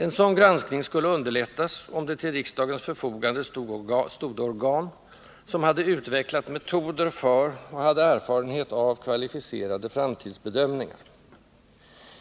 En sådan granskning skulle underlättas, om det till riksdagens förfogande stode organ som hade utvecklat metoder för och hade erfarenhet av kvalificerade framtidsbedömningar.